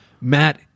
Matt